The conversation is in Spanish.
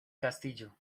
castillo